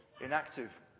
inactive